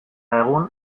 egun